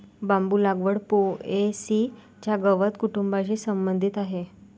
बांबू लागवड पो.ए.सी च्या गवत कुटुंबाशी संबंधित आहे